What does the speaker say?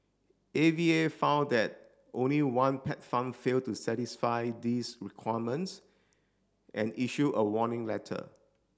A V A found that only one pet farm failed to satisfy these requirements and issue a warning letter